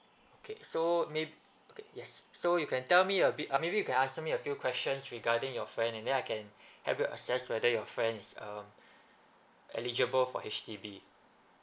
okay so may~ okay yes so you can tell me a bit uh maybe you can ask me a few questions regarding your friend and then I can help you assess whether your friend is um eligible for H_D_B